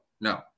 No